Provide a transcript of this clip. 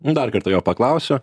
dar kartą jo paklausiu